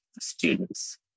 students